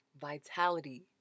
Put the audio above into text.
vitality